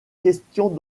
questions